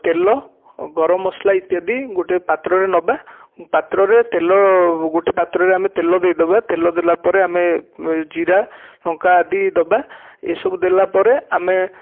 ତେଲ ଗରମ ମସଲା ଇତ୍ୟାଦି ଗୋଟେ ପାତ୍ରରେ ନବା ପାତ୍ରରେ ତେଲ ଗୋଟେ ପାତ୍ରରେ ଆମେ ତେଲ ଦେଇଦେବା ତେଲ ଦେଲା ପରେ ଆମେ ଜିରା ଲଙ୍କା ଆଦି ଦବା ଏସବୁ ଦେଲାପରେ ଆମେ